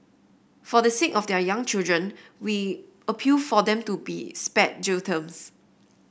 for the sake of their young children we appeal for them to be spared jail terms